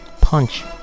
Punch